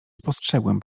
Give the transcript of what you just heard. spostrzegłem